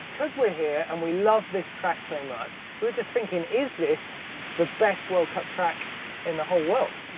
cause we're here and we love this track so much, we were just thinking, is this the best world cup track in the whole world?